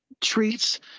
treats